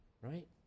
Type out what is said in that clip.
right